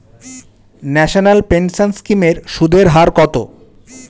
National pension scheme এর সুদের হার কত?